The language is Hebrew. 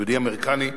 יהודי אמריקני,